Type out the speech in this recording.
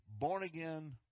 born-again